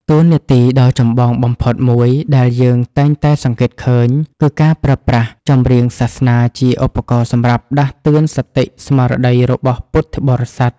តួនាទីដ៏ចម្បងបំផុតមួយ ដែលយើងតែងតែសង្កេតឃើញ គឺការប្រើប្រាស់ចម្រៀងសាសនាជាឧបករណ៍សម្រាប់ដាស់តឿនសតិស្មារតីរបស់ពុទ្ធបរិស័ទ។